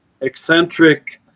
eccentric